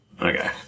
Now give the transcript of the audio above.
Okay